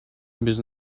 без